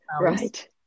right